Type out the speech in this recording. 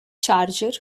charger